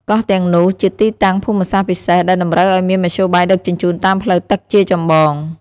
កោះទាំងនោះ ជាទីតាំងភូមិសាស្ត្រពិសេស ដែលតម្រូវឱ្យមានមធ្យោបាយដឹកជញ្ជូនតាមផ្លូវទឹកជាចម្បង។